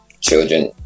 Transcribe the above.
children